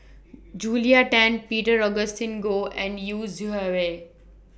Julia Tan Peter Augustine Goh and Yu Zhuye